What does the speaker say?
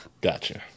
Gotcha